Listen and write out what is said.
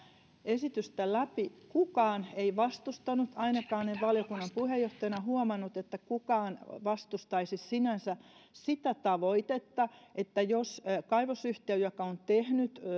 esitystä läpi kukaan ei vastustanut ainakaan en valiokunnan puheenjohtajana huomannut että kukaan sinänsä vastustaisi sitä tavoitetta että jos kaivosyhtiö joka on tehnyt